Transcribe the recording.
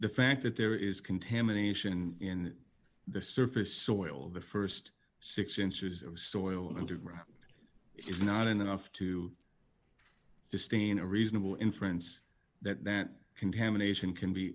the fact that there is contamination in the surface soil of the st six inches of soil underground is not enough to sustain a reasonable inference that that contamination can be